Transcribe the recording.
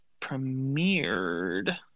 premiered